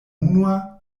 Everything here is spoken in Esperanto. unua